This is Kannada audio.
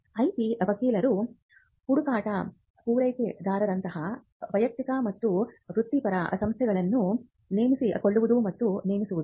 IP ವಕೀಲರು ಹುಡುಕಾಟ ಪೂರೈಕೆದಾರರಂತಹ ವೈಯಕ್ತಿಕ ಮತ್ತು ವೃತ್ತಿಪರ ಸಂಸ್ಥೆಗಳನ್ನು ನೇಮಿಸಿಕೊಳ್ಳುವುದು ಮತ್ತು ನೇಮಿಸುವುದು